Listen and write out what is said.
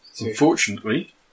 unfortunately